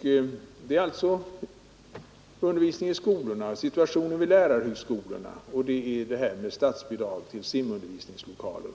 Det gäller alltså undervisningen i skolorna, situationen vid lärarhögskolorna och det här med statsbidrag till simundervisningslokaler.